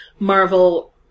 Marvel